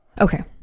Okay